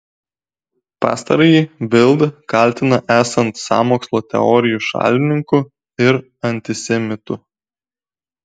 pastarąjį bild kaltina esant sąmokslo teorijų šalininku ir antisemitu